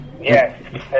Yes